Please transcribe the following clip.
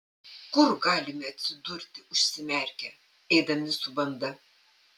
kur galime atsidurti užsimerkę eidami su banda